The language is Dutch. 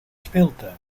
speeltuin